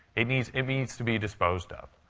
it needs it needs to be disposed of.